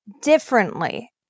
differently